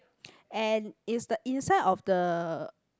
and is the inside of the